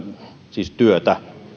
työtä